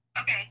Okay